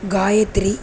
Gayathri